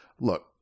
look